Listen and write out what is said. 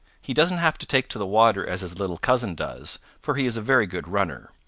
he doesn't have to take to the water as his little cousin does, for he is a very good runner.